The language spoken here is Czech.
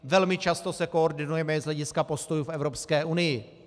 Velmi často se koordinujeme z hlediska postojů v Evropské unii.